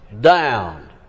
down